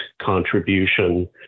contribution